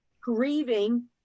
grieving